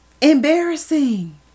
Embarrassing